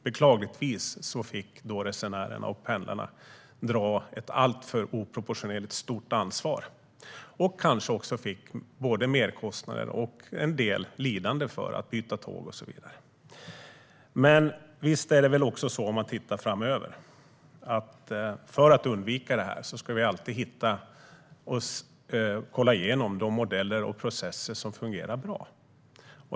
Beklagligtvis fick då resenärerna och pendlarna ta ett oproportionerligt stort ansvar. Kanske fick de också en del merkostnader och en del lidande av att byta tåg och så vidare. Men visst är det väl också så, om man tittar framåt, att för att undvika det här ska vi titta igenom de modeller och processer som fungerar bra.